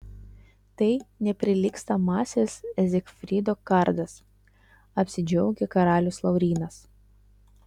tai neprilygstamasis zigfrido kardas apsidžiaugė karalius laurynas